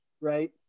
right